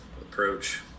approach